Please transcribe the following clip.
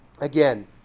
Again